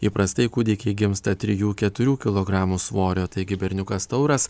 įprastai kūdikiai gimsta trijų keturių kilogramų svorio taigi berniukas tauras